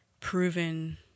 proven